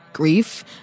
Grief